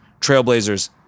Trailblazers